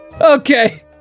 Okay